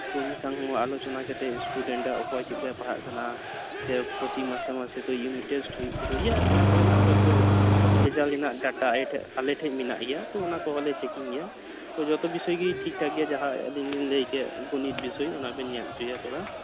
ᱠᱚᱨᱢᱤ ᱥᱟᱶ ᱦᱚᱸ ᱟᱞᱳᱪᱚᱱᱟ ᱠᱟᱛᱮᱜ ᱥᱴᱩᱰᱮᱸᱴ ᱚᱠᱚᱭ ᱪᱮᱜ ᱞᱮᱠᱟᱭ ᱯᱟᱲᱟᱦᱟᱜ ᱠᱟᱱᱟ ᱥᱮ ᱯᱨᱚᱛᱤ ᱢᱟᱥᱮ ᱤᱭᱩᱱᱤᱴ ᱴᱮᱥᱴ ᱦᱩᱭᱩᱜ ᱛᱟᱠᱚ ᱜᱮᱭᱟ ᱚᱱᱟ ᱠᱚᱨᱮᱱᱟᱜ ᱡᱚᱛᱚ ᱨᱮᱡᱟᱞᱴ ᱨᱮᱱᱟᱜ ᱰᱟᱴᱟ ᱟᱞᱮᱴᱷᱮᱡ ᱢᱮᱱᱟᱜ ᱜᱮᱭᱟ ᱛᱚ ᱚᱱᱟ ᱠᱚ ᱦᱚᱸᱞᱮ ᱪᱮᱠᱤᱝ ᱜᱮᱭᱟ ᱡᱚᱛᱚ ᱵᱤᱥᱚᱭ ᱜᱮ ᱴᱷᱤᱠ ᱴᱷᱟᱠ ᱜᱮᱭᱟ ᱡᱟᱦᱟᱸ ᱟᱞᱤᱧ ᱞᱤᱧ ᱞᱟᱹᱭ ᱠᱮᱫ ᱜᱚᱱᱤᱛ ᱵᱤᱥᱚᱭ ᱚᱱᱟ ᱵᱮᱱ ᱧᱮᱞ ᱚᱪᱚᱭᱮᱭᱟ ᱛᱷᱚᱲᱟ